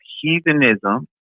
heathenism